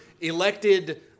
elected